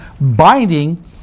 binding